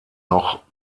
noch